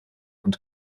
und